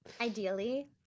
Ideally